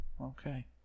okay